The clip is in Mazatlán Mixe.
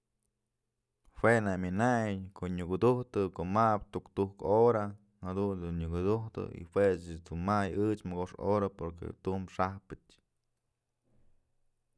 Jue nak myënayn ko'o nyëkudujtë mabë tuktuk hora jadun dun nyëkudujtë y juë ëch dun may ëch mokoxk hora porque tum xajpëch.